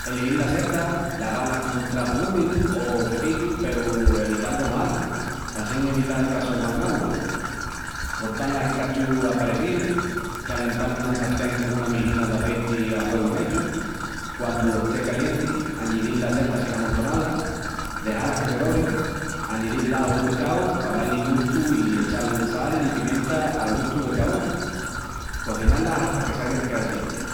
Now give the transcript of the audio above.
Eligil las setas. Láva-las con un trapu úmidu o cepillu peru evital de mojá-las p'assin evital qu'assorvan augua. Córta-las en cachus aparecíus. Calental nuna sartén con una mijina d'aceiti a huegu meyu. Quandu esté calienti, añidil las setas sin amontoná-las. Dexá-las que se dorin. Añidil l'aju picáu pa dal-li gustu i echal sal i pimienta al gustu de cá una. Cociná-las hata s'aigan queau tiernas.